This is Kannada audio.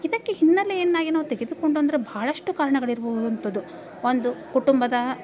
ಇದಕ್ಕೆ ಹಿನ್ನಲೆಯನ್ನು ಏನೋ ತೆಗೆದುಕೊಡು ಅಂದ್ರೆ ಬಹಳಷ್ಟು ಕಾರಣಗಳಿರ್ಬೋದು ಅಂಥದ್ದು ಒಂದು ಕುಟುಂಬದ